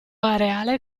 areale